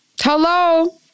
Hello